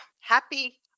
Happy